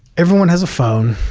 everyone has a phone,